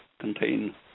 contain